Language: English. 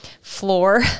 floor